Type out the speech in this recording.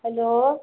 hello